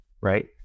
right